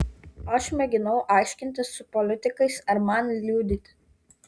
aš mėginau aiškintis su politikais ar man liudyti